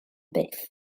byth